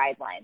guidelines